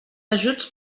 ajuts